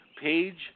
page